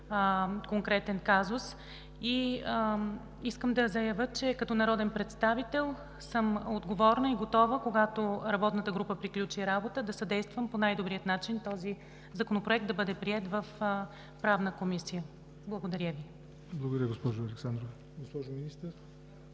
конкретен казус. Искам да заявя, че като народен представител съм отговорна и готова, когато работната група приключи работа, да съдействам по най-добрия начин този законопроект да бъде приет в Правната комисия. Благодаря Ви. ПРЕДСЕДАТЕЛ ЯВОР НОТЕВ: Благодаря, госпожо Александрова. Госпожо Министър?